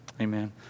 Amen